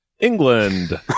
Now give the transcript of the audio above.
England